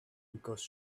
because